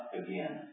again